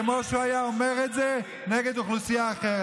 כמו אם הוא היה אומר את זה נגד אוכלוסייה אחרת.